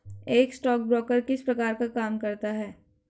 एक स्टॉकब्रोकर किस प्रकार का काम करता है?